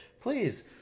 please